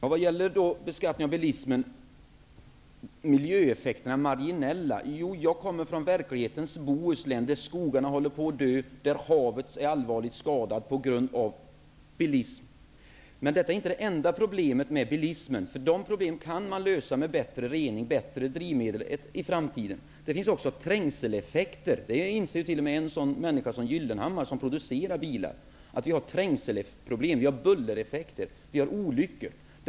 Herr talman! Beskattningen av bilismen skulle alltså ge marginella miljöeffekter. Jag kommer från verklighetens Bohuslän, där skogarna håller på att dö, där havet är allvarligt skadat på grund av bilism. Men det är inte det enda problemet med bilismen. De problemen kan man lösa med bättre rening och bättre drivmedel i framtiden. Det finns också trängseleffekter. Det inser t.o.m. en sådan människa som Gyllenhammar, som producerar bilar. Vi har trängselproblem, vi har bullereffekter och vi har olyckor.